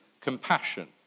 compassion